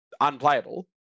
unplayable